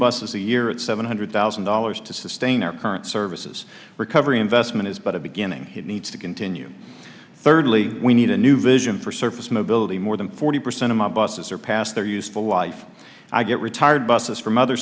buses a year it's seven hundred thousand dollars to sustain our current services recovery investment is but a beginning it needs to continue thirdly we need a new vision for surface mobility more than forty percent of my buses are past their useful life i get retired buses from other